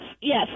yes